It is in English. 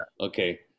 Okay